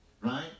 right